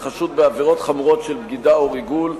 חשוד בעבירות חמורות של בגידה או ריגול,